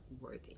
worthy